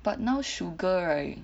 but now sugar right